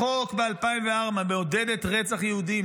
בחוק מ-2004 מעודדת רצח יהודים,